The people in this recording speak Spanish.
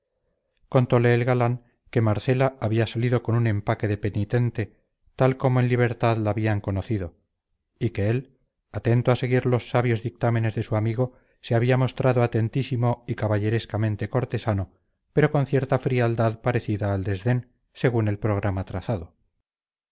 contole el galán que marcela había salido con un empaque de penitente tal como en libertad la habían conocido y que él atento a seguir los sabios dictámenes de su amigo se había mostrado atentísimo y caballerescamente cortesano pero con cierta frialdad parecida al desdén según el programa trazado